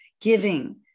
giving